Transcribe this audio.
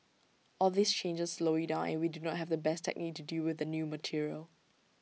all these changes slow you down and we do not have the best technique to deal with the new material